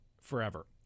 forever